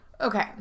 Okay